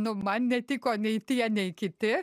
nu man netiko nei tie nei kiti